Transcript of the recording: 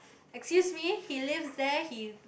excuse me he lives there he